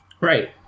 Right